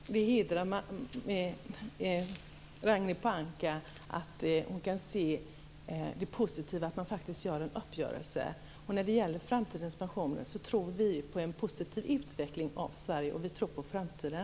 Fru talman! Det hedrar Ragnhild Pohanka att hon kan se det positiva i att man faktiskt träffar en uppgörelse. När det gäller framtidens pensioner tror vi på en positiv utveckling av Sverige. Vi tror på framtiden.